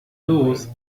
los